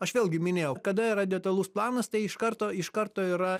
aš vėlgi minėjau kada yra detalus planas tai iš karto iš karto yra